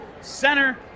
Center